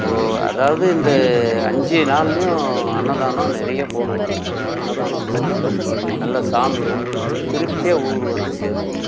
அதாவது இந்த அஞ்சு நாள்லையும் அன்னதானம் நிறைய போடுவோங்க அங்கே அன்னதானம் போட்டு நல்ல சாமி கும்பிட்டுட்டு திருப்தியாக ஊர் வந்து சேர்வோங்க